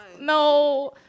No